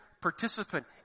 participant